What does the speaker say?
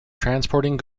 transporting